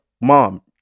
mom